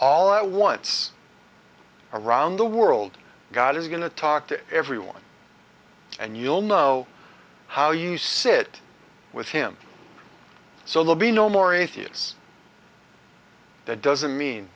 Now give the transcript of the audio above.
all at once around the world god is going to talk to everyone and you'll know how you sit with him so they'll be no more atheists that doesn't mean